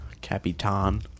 Capitan